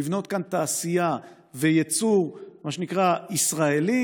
לבנות כאן תעשייה וייצור ישראלי,